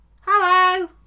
Hello